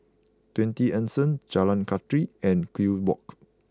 Twenty Anson Jalan Kathi and Kew Walk